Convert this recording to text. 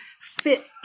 fit